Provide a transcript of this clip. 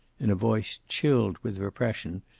in a voice chilled with repression,